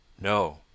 No